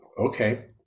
okay